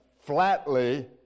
flatly